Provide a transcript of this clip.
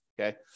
Okay